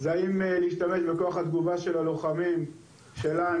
זה האם להשתמש בכוח התגובה של הלוחמים שלנו,